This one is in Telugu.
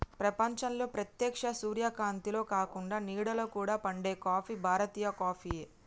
ప్రపంచంలో ప్రేత్యక్ష సూర్యకాంతిలో కాకుండ నీడలో కూడా పండే కాఫీ భారతీయ కాఫీయే